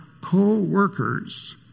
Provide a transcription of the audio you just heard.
co-workers